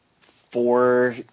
four